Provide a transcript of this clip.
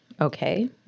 Okay